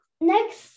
Next